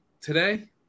today